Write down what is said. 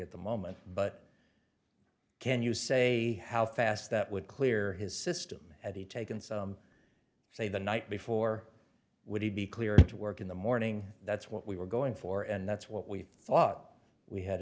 at the moment but can you say how fast that would clear his system at he taken so say the night before would he be cleared to work in the morning that's what we were going for and that's what we thought we had